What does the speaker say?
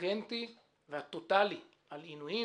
הקוגנטי והטוטלי על עינויים,